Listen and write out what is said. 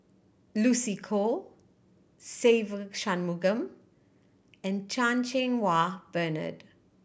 Lucy Koh Se Ve Shanmugam and Chan Cheng Wah Bernard